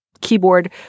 keyboard